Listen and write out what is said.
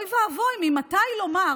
אוי ואבוי, ממתי לומר